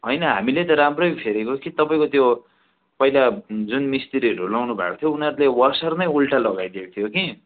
होइन हामीले त राम्रै फेरेको कि तपाईँको त्यो पहिला जुन मिस्त्रीहरू लगाउनु भएको थियो उनीहरूले त्यो वासर नै उल्टा लगाइदिएको थियो कि